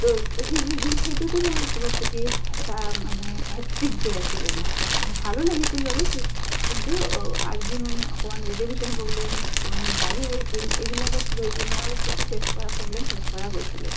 তহ সেই সেইটোতো মোৰ চবচে কি এটা মানে হেক্টিক ডে আছিলে মোৰ কাৰণে ভালো লাগিছিল বাৰু কিন্তু আৰ্গিউমেণ্ট অকণমান ৰিজাৰ্ভেশ্যন প্ৰব্লেম অকণমান গাড়ী উৱেইটিং এইবিলাকত লৈ কিনে অলপ কিছু ফেচ কৰা প্ৰব্লেম ফেচ কৰা গৈছিলে